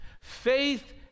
faith